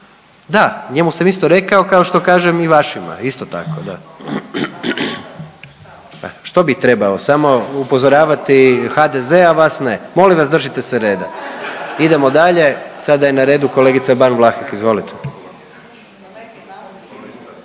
da njemu sam isto rekao kao što kažem i vašima, isto tako da. Što bih trebao samo upozoravati HDZ, a vas ne? Molim vas držite se reda! Idemo dalje. Sada je na redu kolegica Ban Vlahek, izvolite.